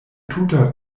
tuta